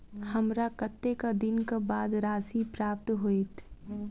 हमरा कत्तेक दिनक बाद राशि प्राप्त होइत?